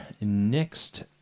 next